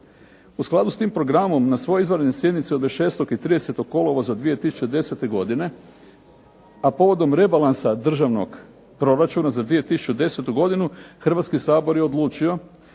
U skladu s tim programom na svojoj izvanrednoj sjednici od 26. i 30. kolovoza 2010. godine, a povodom rebalansa državnog proračuna za 2010. godinu Hrvatski sabor je odlučio